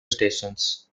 stations